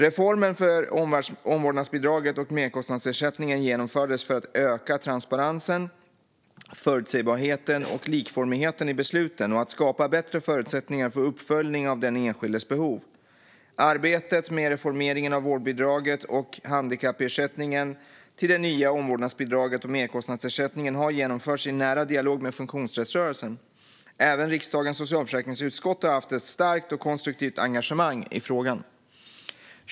Reformen för omvårdnadsbidraget och merkostnadsersättningen genomfördes för att öka transparensen, förutsebarheten och likformigheten i besluten och att skapa bättre förutsättningar för uppföljning av den enskildes behov. Arbetet med reformeringen av vårdbidraget och handikappersättningen till det nya omvårdnadsbidraget och merkostnadsersättningen har genomförts i nära dialog med funktionsrättsrörelsen. Även riksdagens socialförsäkringsutskott har haft ett starkt och konstruktivt engagemang i frågan.